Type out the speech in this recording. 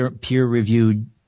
peer-reviewed